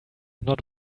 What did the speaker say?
not